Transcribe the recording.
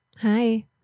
Hi